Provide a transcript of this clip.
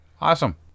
Awesome